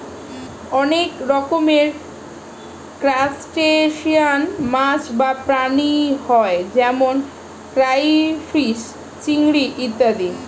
অনেক রকমের ক্রাস্টেশিয়ান মাছ বা প্রাণী হয় যেমন ক্রাইফিস, চিংড়ি ইত্যাদি